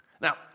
Now